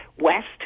West